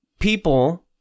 People